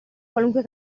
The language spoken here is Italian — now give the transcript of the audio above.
qualunque